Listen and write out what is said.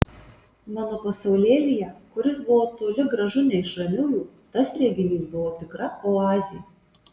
mano pasaulėlyje kuris buvo toli gražu ne iš ramiųjų tas reginys buvo tikra oazė